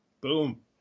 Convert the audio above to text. Boom